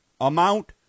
Amount